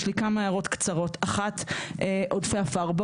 יש לי כמה הערות קצרות: אחת, עודפי עפר.